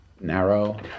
narrow